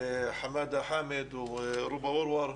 חמאדה חאמד ורובא וורוור,